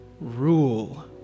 rule